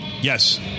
Yes